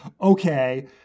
Okay